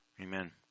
amen